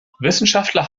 wissenschaftler